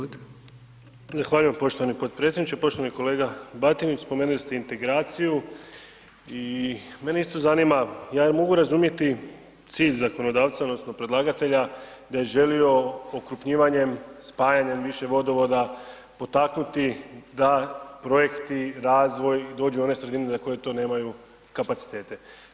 Zahvaljujem poštovani potpredsjedniče, poštovani kolega Batinić, spomenuli ste integraciju i mene isto zanima, ja mogu razumjeti, cilj zakonodavca, odnosno, predlagatelja da je želio okrupnjivanjem, spajanjem više vodovoda, potaknuti da projekti, razvoj, dođe do one sredine, za koje to nemaju kapacitete.